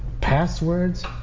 passwords